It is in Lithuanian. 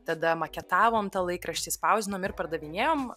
tada maketavom tą laikraštį spausdinom ir pardavinėjom